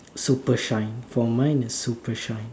super shine for mine is super shine